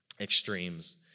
extremes